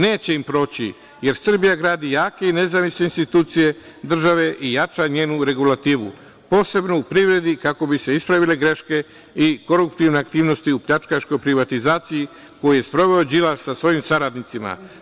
Neće im proći, jer Srbija gradi jake i nezavisne institucije države i jača njenu regulativu, posebno u privredi, kako bi se ispravile greške i koruptivne aktivnosti u pljačkaškoj privatizaciji koju je sproveo Đilas sa svojim saradnicima.